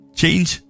change